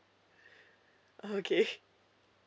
oh okay